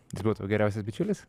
tai buvo tavo geriausias bičiulis